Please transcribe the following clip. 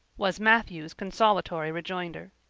was matthew's consolatory rejoinder.